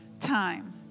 time